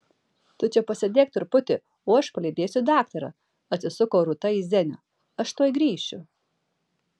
tu čia pasėdėk truputį o aš palydėsiu daktarą atsisuko rūta į zenių aš tuoj grįšiu